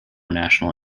national